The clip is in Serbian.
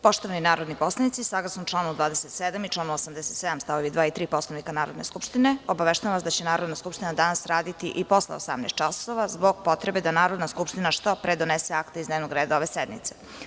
Poštovani narodni poslanici, saglasno članu 27. i članu 87. stavovi 2. i 3. Poslovnika Narodne skupštine, obaveštavam vas da će Narodna skupština danas raditi i posle 18,00 časova zbog potreba da Narodna skupština što pre donese akte iz dnevnog reda ove sednice.